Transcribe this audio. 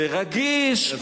זה רגיש,